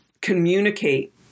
communicate